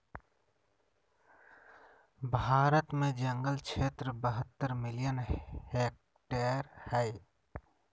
भारत में जंगल क्षेत्र बहत्तर मिलियन हेक्टेयर हइ